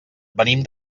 venim